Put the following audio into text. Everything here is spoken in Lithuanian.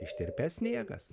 ištirpęs sniegas